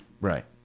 Right